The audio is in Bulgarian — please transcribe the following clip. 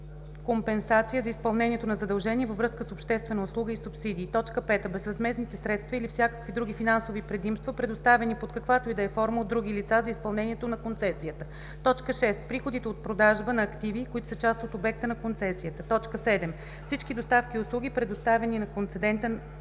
компенсация за изпълнението на задължение във връзка с обществена услуга и субсидии; 5. безвъзмездните средства или всякакви други финансови предимства, предоставени под каквато и да е форма от други лица за изпълнението на концесията; 6. приходите от продажба на активи, които са част от обекта на концесия; 7. всички доставки и услуги, предоставени от концедента